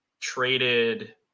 traded